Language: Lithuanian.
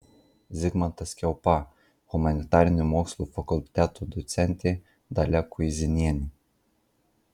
zigmantas kiaupa humanitarinių mokslų fakulteto docentė dalia kuizinienė